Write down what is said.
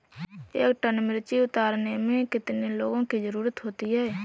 एक टन मिर्ची उतारने में कितने लोगों की ज़रुरत होती है?